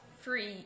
free